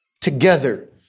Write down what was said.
together